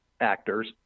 actors